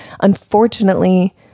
unfortunately